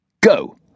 Go